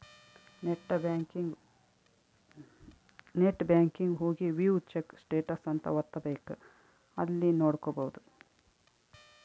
net banking ಹೋಗಿ view check status ಅಂತ ಒತ್ತಬೆಕ್ ಅಲ್ಲಿ ನೋಡ್ಕೊಬಹುದು